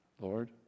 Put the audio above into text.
Lord